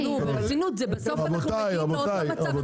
אבנר, ברצינות, בסוף אנחנו מגיעים לאותו מצב.